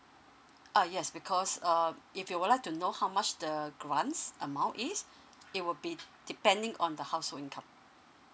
uh yes because um if you would like to know how much the grants amount is it will be depending on the household income